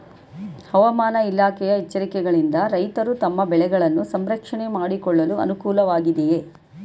ಹವಾಮಾನ ಇಲಾಖೆಯ ಎಚ್ಚರಿಕೆಗಳಿಂದ ರೈತರು ತಮ್ಮ ಬೆಳೆಗಳನ್ನು ಸಂರಕ್ಷಣೆ ಮಾಡಿಕೊಳ್ಳಲು ಅನುಕೂಲ ವಾಗಿದೆಯೇ?